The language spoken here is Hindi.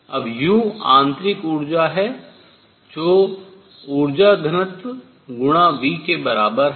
अब U आंतरिक ऊर्जा है जो ऊर्जा घनत्व गुणा V के बराबर है